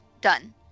done